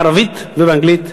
בערבית ובאנגלית,